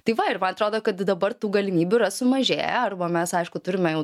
tai va ir man atrodo kad dabar tų galimybių yra sumažėję arba mes aišku turime jau